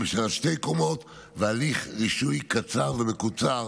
של שתי קומות והליך רישוי קצר ומקוצר